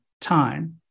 time